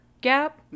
gap